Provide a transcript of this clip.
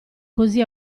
così